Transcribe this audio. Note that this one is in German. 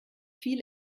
viel